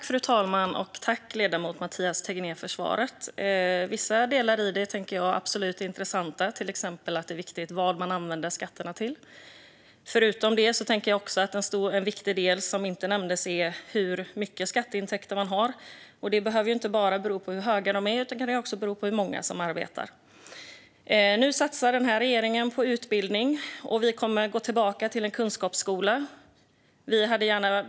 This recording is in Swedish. Fru talman! Tack, ledamoten Mathias Tegnér, för svaret! Vissa delar i det tycker jag absolut är intressanta. Det gäller till exempel att det är viktigt vad man använder skatterna till. Förutom det är en viktig del som inte nämndes hur mycket skatteintäkter man har. Det behöver inte bara bero på hur höga skatterna är, utan det kan också bero på hur många som arbetar. Nu satsar regeringen på utbildning. Vi kommer att gå tillbaka till en kunskapsskola.